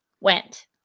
went